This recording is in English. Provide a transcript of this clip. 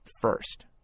first